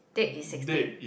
date is sixteen